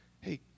Hey